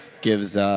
gives –